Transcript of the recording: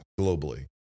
globally